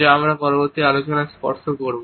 যা আমরা আমাদের পরবর্তী আলোচনায় স্পর্শ করব